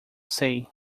sei